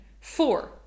Four